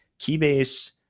Keybase